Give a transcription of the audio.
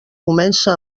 comença